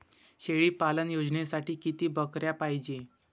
शेळी पालन योजनेसाठी किती बकऱ्या पायजे?